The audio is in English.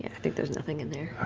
i think there's nothing in there